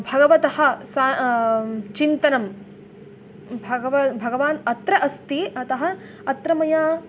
भगवतः सा चिन्तनं भगव भगवान् अत्र अस्ति अतः अत्र मया